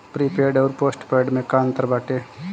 Prepaid अउर postpaid में का अंतर बाटे?